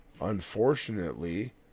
unfortunately